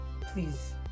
Please